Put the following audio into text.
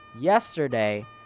Yesterday